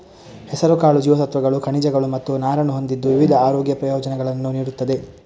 ಹೆಸರುಕಾಳು ಜೀವಸತ್ವಗಳು, ಖನಿಜಗಳು ಮತ್ತು ನಾರನ್ನು ಹೊಂದಿದ್ದು ವಿವಿಧ ಆರೋಗ್ಯ ಪ್ರಯೋಜನಗಳನ್ನು ನೀಡುತ್ತದೆ